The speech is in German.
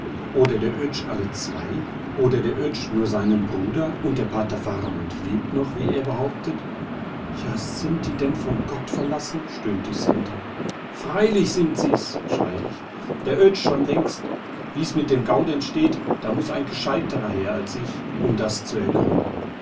oder der oetsch alle zwei oder der oetsch nur seinen bruder und der pater faramund lebt noch wie er behauptet ja sind die denn von gott verlassen stöhnt die centa freilich sind sie's schrei ich der oetsch schon längst wie's mit dem gaudenz steht da muß ein gescheiterer her als ich um das zu ergründen